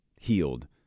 healed